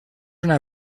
una